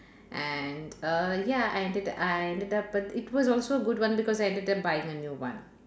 and err ya I ended I ended up but it was also good one because I ended up buying a new one